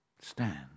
Stand